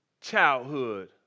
childhood